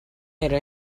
era